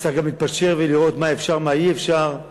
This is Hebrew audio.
צריך גם להתפשר ולראות מה אפשר, מה אי-אפשר.